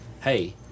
hey